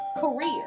career